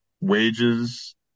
wages